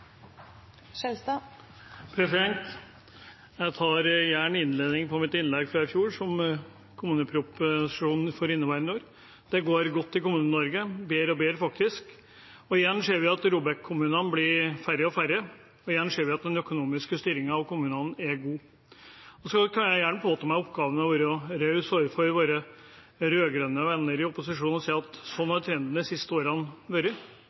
omme. Jeg tar gjerne innledningen til mitt innlegg fra i fjor om kommuneproposisjonen for inneværende år: Det går godt i Kommune-Norge, bedre og bedre, faktisk. Igjen ser vi at det blir færre og færre ROBEK-kommuner, og igjen ser vi at den økonomiske styringen av kommunene er god. Jeg kan gjerne påta meg oppgaven å være raus overfor våre rød-grønne venner i opposisjonen og si at sånn har trenden de siste årene vært,